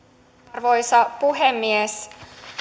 arvoisa puhemies